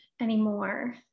anymore